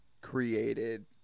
created